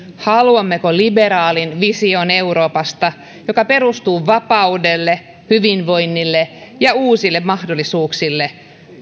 haluammeko liberaalin vision euroopasta joka perustuu vapaudelle hyvinvoinnille ja uusille mahdollisuuksille